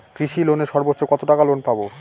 কৃষি লোনে সর্বোচ্চ কত টাকা লোন পাবো?